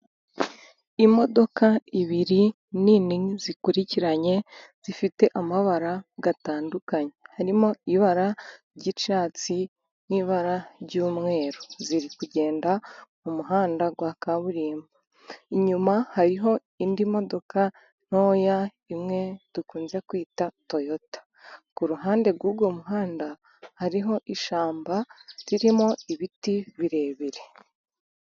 Imodoka ebyiri nini zikurikiranye, zifite amabara atandukanye, harimo ibara ry'icyatsi n'ibara ry'umweru, ziri kugenda mu muhanda wa kaburimbo, inyuma hari indi modoka ntoya imwe dukunze kwita toyota. Ku ruhande rw'uwo muhanda, hari ishyamba ririmo ibiti birebire.